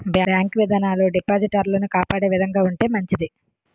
bank విధానాలు డిపాజిటర్లను కాపాడే విధంగా ఉంటే మంచిది